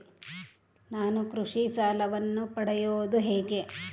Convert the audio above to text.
ನಾನು ಕೃಷಿ ಸಾಲವನ್ನು ಪಡೆಯೋದು ಹೇಗೆ?